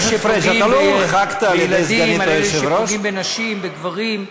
אלה שפוגעים בילדים, אלה שפוגעים בנשים, בגברים,